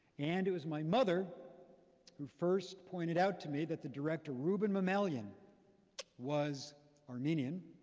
and it was my mother who first pointed out to me that the director ruben mamoulian was armenian.